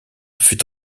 fut